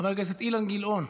חבר הכנסת אילן גילאון,